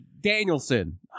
Danielson